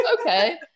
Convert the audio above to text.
okay